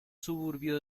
suburbio